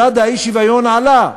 מדד האי-שוויון עלה,